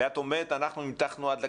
את אומרת שנמתחתם עד לקצה,